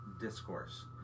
discourse